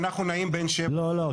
אנחנו נעים בין 7 ל-8.